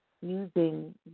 using